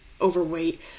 overweight